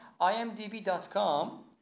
Imdb.com